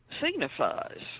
signifies